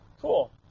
cool